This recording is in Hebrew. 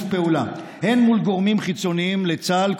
פעולה הן מול גורמים חיצוניים לצה"ל,